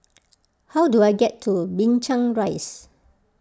how do I get to Binchang Rise